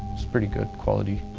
it's pretty good quality.